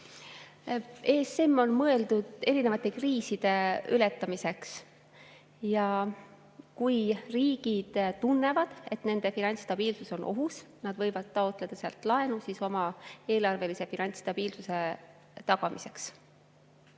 ESM on mõeldud erinevate kriiside ületamiseks. Kui riigid tunnevad, et nende finantsstabiilsus on ohus, siis nad võivad taotleda sealt laenu oma eelarvelise finantsstabiilsuse tagamiseks.